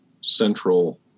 central